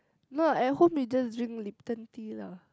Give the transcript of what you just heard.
no at home you just drink Lipton tea lah